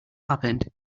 happened